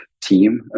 team